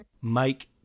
Mike